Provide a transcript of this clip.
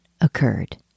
occurred